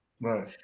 right